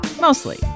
Mostly